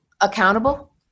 accountable